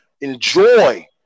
enjoy